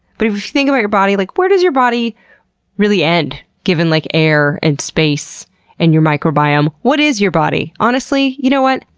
but if you think about your body, like, where does your body really end, given like air and space and your microbiome? what is your body? honestly? y'know you know what?